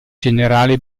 generale